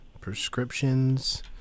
prescriptions